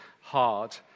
hard